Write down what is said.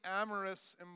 amorous